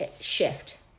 shift